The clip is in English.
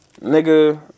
nigga